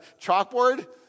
chalkboard